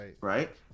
right